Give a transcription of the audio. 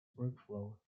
workflow